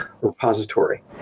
repository